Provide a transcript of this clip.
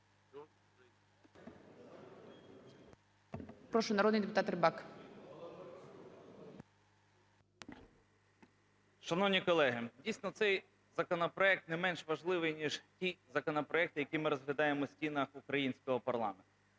Прошу, народний депутат Рибак. 13:01:56 РИБАК І.П. Шановні колеги, дійсно, цей законопроект не менш важливий, ніж ті законопроекти, які ми розглядаємо в стінах українського парламенту.